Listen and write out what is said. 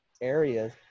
areas